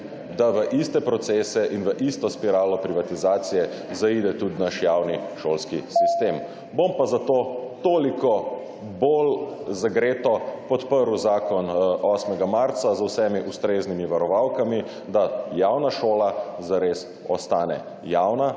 da v iste procese in v isto spiralo privatizacije zaide tudi naš javni šolski sistem. Bom pa zato toliko bolj zagreto podprl zakon Inštituta 8. marec z vsemi ustreznimi varovalkami, da javna šola zares ostane javna